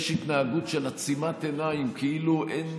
יש התנהגות של עצימת עיניים, כאילו אין